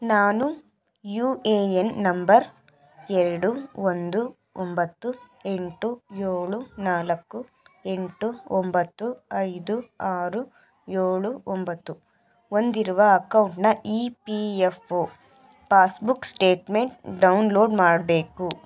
ನಾನು U A N number ಎರಡು ಒಂದು ಒಂಬತ್ತು ಎಂಟು ಏಳು ನಾಲ್ಕು ಎಂಟು ಒಂಬತ್ತು ಐದು ಆರು ಏಳು ಒಂಬತ್ತು ಹೊಂದಿರುವ ಅಕೌಂಟ್ನ E P F O passbook statement download ಮಾಡಬೇಕು